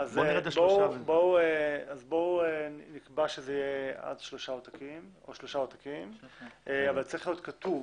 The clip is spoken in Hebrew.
בואו נקבע שזה יהיה שלושה עותקים אבל צריך להיות כתוב